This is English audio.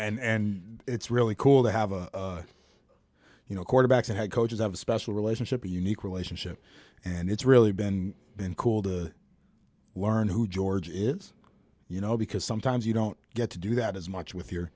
know and it's really cool to have a you know quarterbacks in head coaches have a special relationship a unique relationship and it's really been been cool to learn who george is you know because sometimes you don't get to do that as much with your